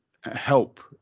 help